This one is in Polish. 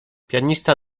pianista